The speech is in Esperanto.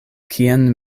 kien